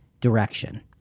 direction